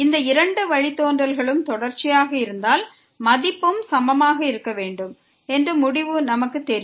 இந்த இரண்டு வழித்தோன்றல்களும் தொடர்ச்சியாக இருந்தால் மதிப்பும் சமமாக இருக்க வேண்டும் என்று முடிவு நமக்குத் தெரியும்